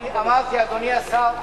אדוני השר,